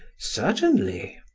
certainly.